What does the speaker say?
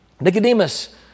Nicodemus